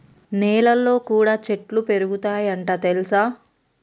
నెలల్లో కూడా చెట్లు పెరుగుతయ్ అంట తెల్సా